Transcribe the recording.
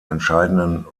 entscheidenden